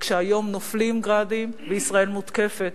וכשהיום נופלים "גראדים" וישראל מותקפת,